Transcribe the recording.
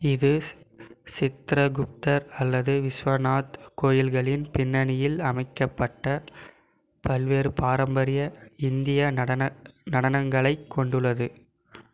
இது சித்ரகுப்தர் அல்லது விஸ்வநாத் கோயில்களின் பின்னணியில் அமைக்கப்பட்ட பல்வேறு பாரம்பரிய இந்திய நடன நடனங்களைக் கொண்டுள்ளது